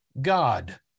God